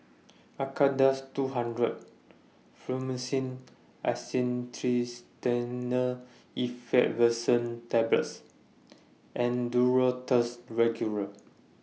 Acardust two hundred Fluimucil Acetylcysteine Effervescent Tablets and Duro Tuss Regular